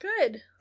Good